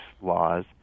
laws